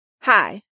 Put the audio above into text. Hi